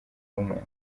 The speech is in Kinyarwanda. w’umuntu